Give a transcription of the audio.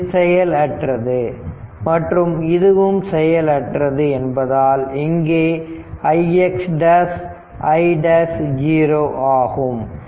இது செயல் அற்றது மற்றும் இதுவும் செயலற்றது என்பதால் இங்கே ix' i' ஜீரோ ஆகும்